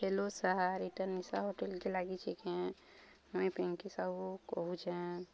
hello sir ଏଇଟା ନିଶା ହୋଟେଲ୍କେ ଲାଗିଛି କେଁ ମୁଇଁ ପିଙ୍କି ସାହୁ କହୁଛେଁ